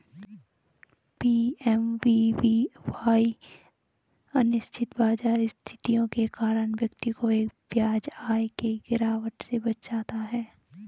PMVVY अनिश्चित बाजार स्थितियों के कारण व्यक्ति को ब्याज आय की गिरावट से बचाता है